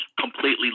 completely